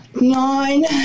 nine